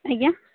ଆଜ୍ଞା